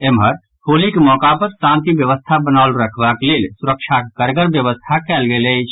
एम्हर होलीक मौका पर शांति व्यवस्था बनाओल रखबाक लेल सुरक्षाक कड़गर व्यवस्था कयल गेल अछि